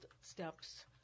steps